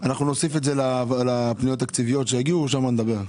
נוסיף את זה לפניות התקציביות שיגיעו, שם נדבר.